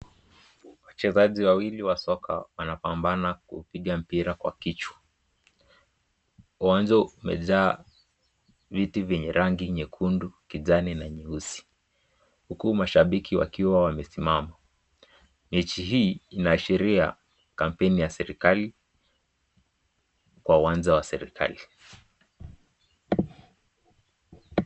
Wachezaji wawili wa soka wanapambana kupiga mpira kwa kichwa. Uwanja umejaa viti vyenye rangi nyekundu kijani na nyeusi huku mashabiki wakiwa wamesimama. Mechi hii inaashiria kampeni ya serekali kwa uwanja wa serekali.